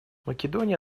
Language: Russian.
македония